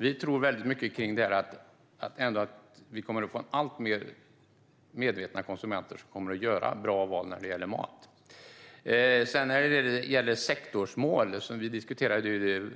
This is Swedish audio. Vi tror mycket på att vi kommer att få alltmer medvetna konsumenter som kommer att göra bra val när det gäller mat. När det gäller de sektorsmål vi diskuterade i